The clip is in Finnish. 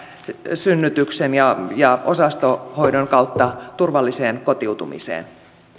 synnytyksen ja ja osastohoidon kautta turvalliseen kotiutumiseen